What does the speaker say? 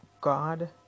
God